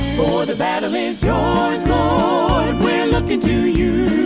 for the battle is yours lord we're lookin to you